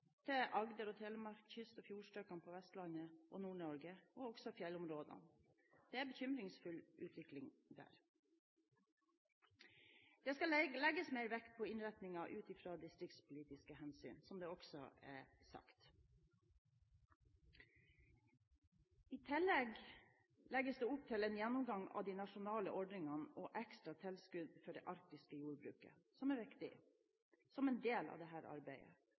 til Agder og Telemark, kyst- og fjordstrøkene på Vestlandet, Nord-Norge og fjellområdene – det er en bekymringsfull utvikling der. Det skal legges mer vekt på innretningen, ut fra distriktspolitiske hensyn, som også er sagt tidligere. I tillegg legges det opp til en gjennomgang av de nasjonale ordningene og ekstra tilskudd til det arktiske jordbruket, som er viktig, som en del av dette arbeidet, og at det